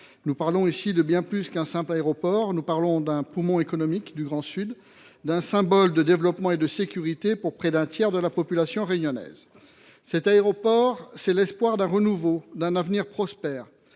Nous parlons ici de bien plus qu’un simple aéroport : nous parlons d’un poumon économique du Grand Sud, d’un symbole de développement et de sécurité pour près d’un tiers de la population réunionnaise. Cet aéroport, c’est l’espoir d’un renouveau, d’un avenir prospère.